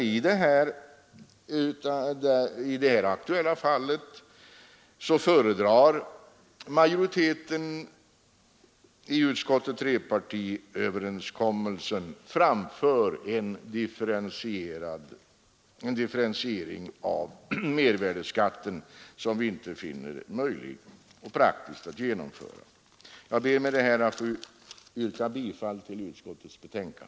I det här aktuella fallet föredrar utskottets majoritet trepartiöverenskommelsen framför en differentiering av mervärdeskatten som vi inte finner praktisk. Jag ber med detta att få yrka bifall till skatteutskottets hemställan.